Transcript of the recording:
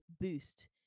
boost